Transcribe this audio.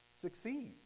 succeeds